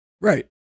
Right